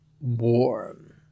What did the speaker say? Warm